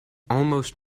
almost